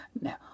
now